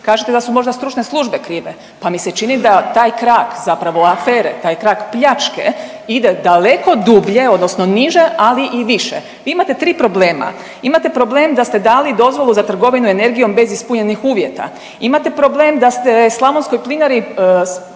Kažete da su možda stručne službe krive, pa mi se čini da taj krak zapravo afere, taj krak pljačke ide daleko dublje odnosno niže, ali i više. Vi imate tri problema. Imate problem da ste dali dozvolu za trgovinu energijom bez ispunjenih uvjeta. Imate problem da ste slavonskoj plinari,